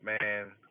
Man